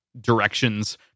directions